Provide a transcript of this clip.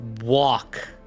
walk